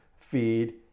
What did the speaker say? feed